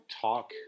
talk